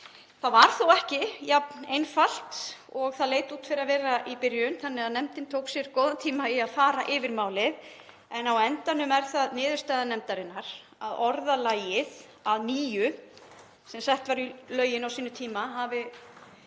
Það var þó ekki jafn einfalt og það leit út fyrir að vera í byrjun þannig að nefndin tók sér góðan tíma í að fara yfir málið. En á endanum er það niðurstaða nefndarinnar að orðalagið „að nýju“ sem sett var í lögin á sínum tíma hafi